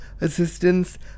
assistance